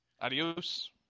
adios